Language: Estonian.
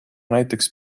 näiteks